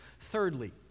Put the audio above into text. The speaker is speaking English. Thirdly